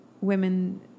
women